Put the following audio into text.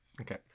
Okay